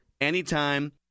anytime